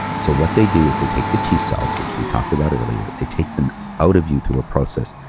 so what they do is they take the t-cells, which we talked about earlier, they take them out of you through a process.